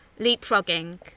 leapfrogging